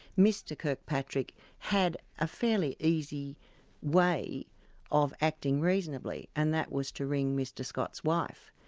mr kirkpatrick had a fairly easy way of acting reasonably, and that was to ring mr scott's wife.